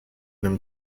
them